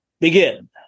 Begin